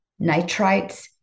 nitrites